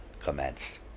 commenced